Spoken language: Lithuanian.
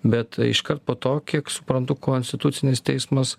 bet iškart po to kiek suprantu konstitucinis teismas